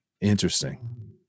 Interesting